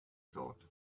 thought